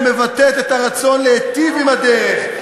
שמבטאת את הרצון להטיב את הדרך,